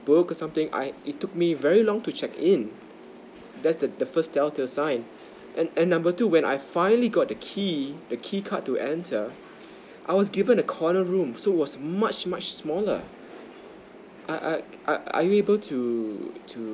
booked or something I it took me very long to check in that's the the first tell to assign and and number two when I've finally got the key the key card to enter I was given the corner room so was much much smaller are are are you able to to